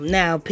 now